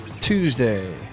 Tuesday